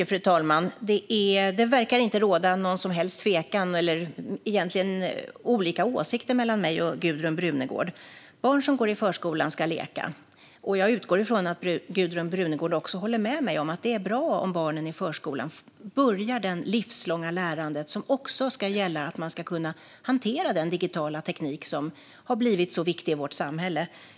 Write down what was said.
Fru talman! Det verkar inte råda några som helst tveksamheter eller åsiktsskillnader mellan mig och Gudrun Brunegård. Barn som går i förskolan ska leka, och jag utgår från att Gudrun Brunegård håller med mig om att det är bra om barnen i förskolan börjar det livslånga lärande som ska göra att de kan hantera den digitala teknik som har blivit så viktig i vårt samhälle.